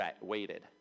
waited